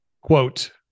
Quote